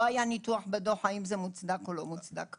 לא היה ניתוח בדוח אם זה מוצדק או לא מוצדק.